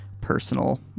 personal